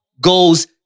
goes